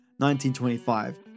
1925